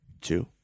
two